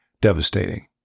devastating